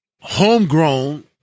Homegrown